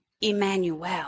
Emmanuel